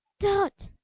dot,